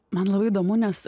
man labai įdomu nes